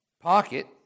pocket